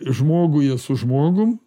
žmoguje su žmogum